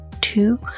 two